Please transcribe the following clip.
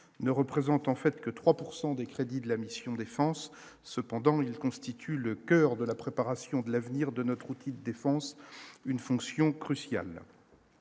ne représente en fait que 3 pourcent des crédits de la mission défense cependant il constitue le coeur de la préparation de l'avenir de notre outil de défense, une fonction cruciale